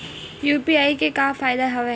UPI के का फ़ायदा हवय?